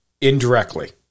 indirectly